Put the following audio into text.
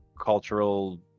cultural